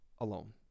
alone